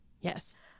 yes